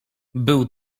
był